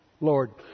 Lord